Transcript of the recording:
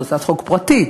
זו הצעת חוק פרטית,